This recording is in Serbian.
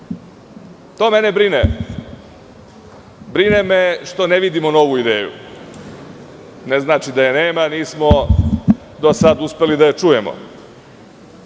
To mene brine. Brine me što ne vidimo novu ideju. Ne znači da je nema, nismo do sada uspeli da je čujemo.